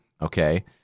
okay